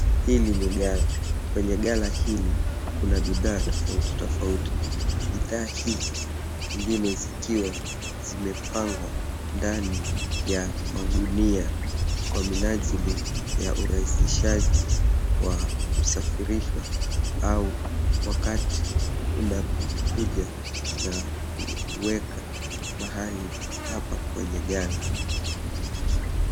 Hili ni gala, Kwenye gala hili kuna bidhaa tofautitofauti, bidhaa hizi zingine zikiwa zimepangwa ndani ya magunia kwa minajili ya urahisishaji wa kusafirishwa au wakati unapokuja na kuweka mahali hapa kwenye gala.